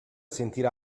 sentir